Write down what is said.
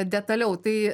detaliau tai